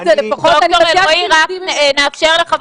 אסור שמישהו שם